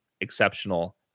exceptional